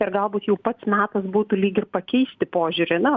ir galbūt jau pats metas būtų lyg ir pakeisti požiūrį na